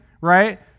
right